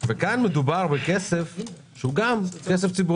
כאן מדובר בכסף ציבורי,